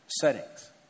settings